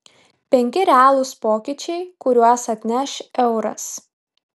penki realūs pokyčiai kuriuos atneš euras